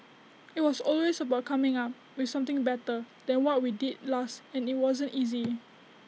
IT was always about coming up with something better than what we did last and IT wasn't easy